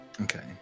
Okay